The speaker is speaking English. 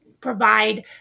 provide